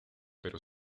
pero